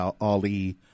Ali